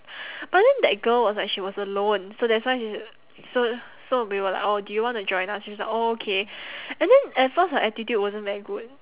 but then that girl was like she was alone so that's why she's so so we were like oh do you want to join us she's like oh okay and then at first her attitude wasn't very good